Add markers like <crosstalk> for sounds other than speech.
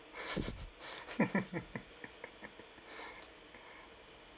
<laughs>